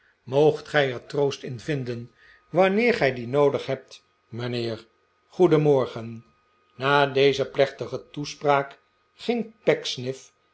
moogt gij er troost in vinden wanneer gij dien noodig hebt mijnheer goedenmorgen na deze plechtige toespraak ging